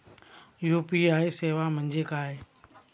UPI सेवा म्हणजे काय?